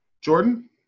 Jordan